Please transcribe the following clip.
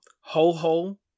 Ho-Ho